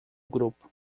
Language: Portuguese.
grupo